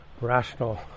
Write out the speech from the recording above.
rational